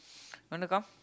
want to come